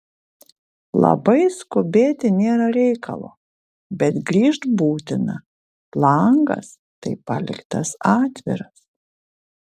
labai skubėti nėra reikalo bet grįžt būtina langas tai paliktas atviras